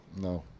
No